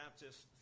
Baptist